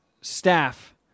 staff